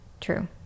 True